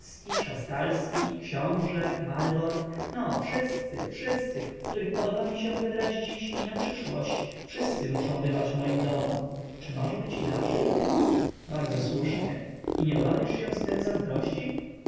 starski szastalski książe malborg no wszyscy wszyscy których podoba mi się wybrać dziś i na przyszłość wszyscy muszą bywać w moim domu czy może być inaczej bardzo słusznie i nie obawiasz się scen zazdrości